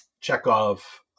Chekhov